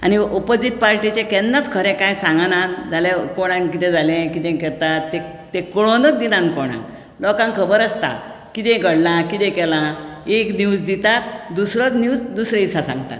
आनी ओपोजिट पार्टीचे केन्नाच खरें कांय सांगनात जाल्यार कोणाक कितें जालें ते कितें करतात तें कळोवनच दिनात कोणाक लोकांक खबर आसता कितें घडलां कितें केलां एक न्यूज दितात दुसरोच न्यूज दुसरे दिसा सांगतात